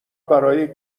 برای